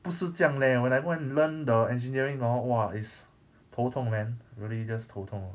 不是这样 leh when I go and learn the engineering orh !wah! it's 头痛 man really just 头痛